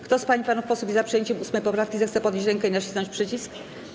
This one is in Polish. Kto z pań i panów posłów jest za przyjęciem 8. poprawki, zechce podnieść rękę i nacisnąć przycisk.